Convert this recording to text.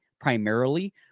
primarily